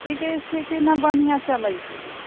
कथीके स्थितिमे बढ़िआँ चलै छै